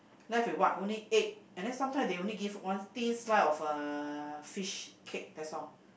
left with what only egg and then they sometimes only give one thin slice of uh fishcake that's all